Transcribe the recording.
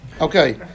Okay